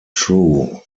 true